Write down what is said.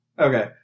Okay